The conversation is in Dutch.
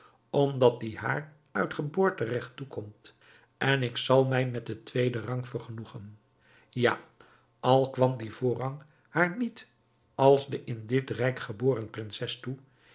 omdat die haar uit geboorteregt toekomt en ik zal mij met den tweeden rang vergenoegen ja al kwam die voorrang haar niet als de in dit rijk geboren prinses toe